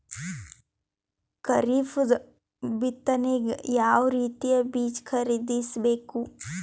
ಖರೀಪದ ಬಿತ್ತನೆಗೆ ಯಾವ್ ರೀತಿಯ ಬೀಜ ಖರೀದಿಸ ಬೇಕು?